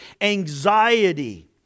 anxiety